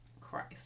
Christ